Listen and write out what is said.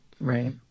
right